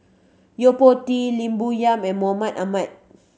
Yo Po Tee Lim Bo Yam and Mahmud Ahmad